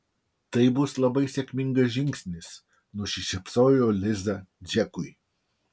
tai bus labai sėkmingas žingsnis nusišypsojo liza džekui